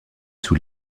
sous